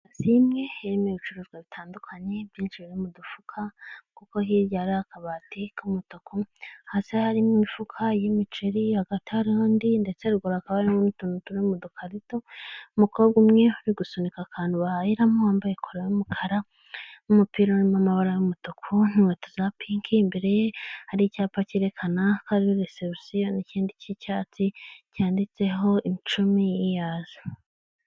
Inzu imwe irimo ibicuruzwa bitandukanye, byinshi biri m' udufuka. Hirya hari akabati k'umutuku, hasi harimo imifuka y'imiceri. Hagati hari undi ndetse ruguru hakaba harimo utuntu turi mu udukarito. umukobwa umwe uri gusunika akantu bahahiramo, wambaye kola (ipantaro) y'umukara n'umupira w 'amabara y' umutuku n'inkweto za pink(iroza). Imbere ye hari icyapa cyerekana ko ari reception ( aho bakirira abakiliya) n'ikindi cy'icyatsi cyanditseho icumi years (imyaka icumi).